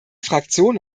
fraktion